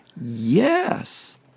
Yes